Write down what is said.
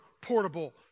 portable